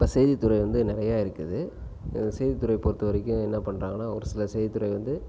இப்போ செய்தித்துறை வந்து நிறைய இருக்குது செய்தித்துறை பொறுத்தவரைக்கும் என்ன பண்ணுறாங்கன்னா ஒரு சில செய்தித்துறை வந்து